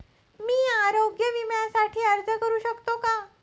मी आरोग्य विम्यासाठी अर्ज करू शकतो का?